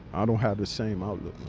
i don't have the same outlook